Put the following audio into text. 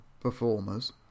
performers